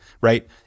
right